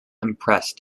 impressed